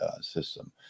system